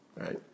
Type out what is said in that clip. right